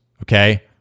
Okay